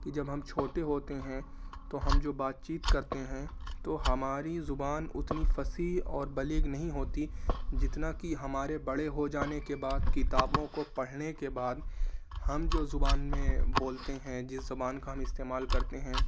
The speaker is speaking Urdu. کہ جب ہم چھوٹے ہوتے ہیں تو ہم جو بات چیت کرتے ہیں تو ہماری زبان اتنی فصیح اور بلیغ نہیں ہوتی جتنا کہ ہمارے بڑے ہو جانے کے بعد کتابوں کو پڑھنے کے بعد ہم جو زبان میں بولتے ہیں جس زبان کا ہم استعمال کرتے ہیں